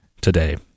today